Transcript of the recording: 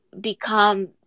become